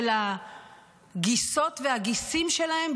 של הגיסות והגיסים שלהם,